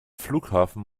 flughafen